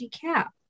Cap